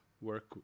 work